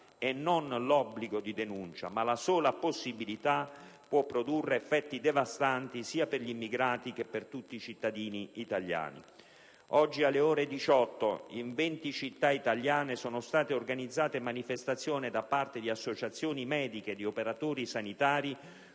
e non l'obbligo di denuncia può produrre effetti devastanti sia per gli immigrati che per tutti i cittadini italiani. Oggi, alle ore 18, in venti città italiane sono state organizzate manifestazioni da parte di associazioni mediche e di operatori sanitari,